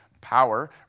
power